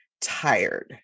tired